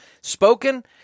spoken